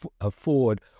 afford